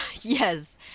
Yes